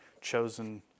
chosen